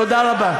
תודה רבה.